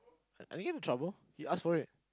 I didn't get into trouble he asked for it